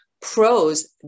pros